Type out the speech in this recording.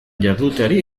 jarduteari